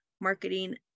Marketing